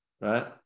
Right